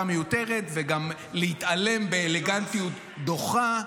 מיותרת וגם להתעלם באלגנטיות דוחה,